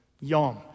yom